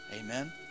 Amen